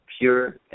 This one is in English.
pure